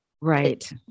Right